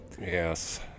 yes